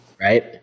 right